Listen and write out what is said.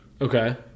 Okay